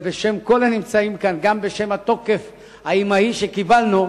בשם כל הנמצאים כאן, גם בשם התוקף האמהי שקיבלנו,